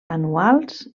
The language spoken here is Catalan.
anuals